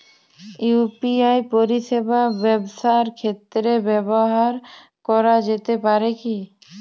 UPI পরিষেবা ব্যবসার ক্ষেত্রে ব্যবহার করা যেতে পারে কি?